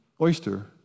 oyster